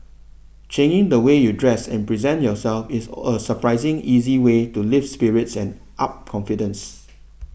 changing the way you dress and present yourself is all a surprising easy way to lift spirits and up confidence